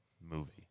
movie